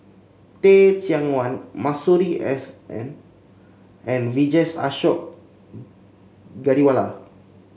Teh Cheang Wan Masuri S N and Vijesh Ashok Ghariwala